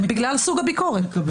בגלל סוג הביקורת.